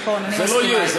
נכון, אני מסכימה אתך.